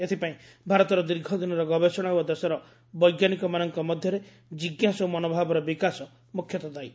ଏଥିପାଇଁ ଭାରତର ଦୀର୍ଘ ଦିନର ଗବେଷଣା ଓ ଦେଶର ବୈଜ୍ଞାନିକମାନଙ୍କ ମଧ୍ୟରେ ଜିଞ୍ଜାସ୍ଥ ମନୋଭାବର ବିକାଶ ମୁଖ୍ୟତଃ ଦାୟୀ